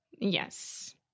Yes